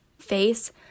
face